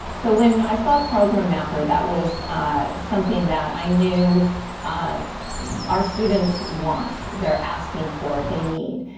so, when i saw program mapper that was something that i knew our students want, they're asking for, they need.